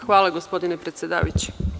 Hvala, gospodine predsedavajući.